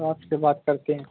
تو آپ سے بات کرتے ہیں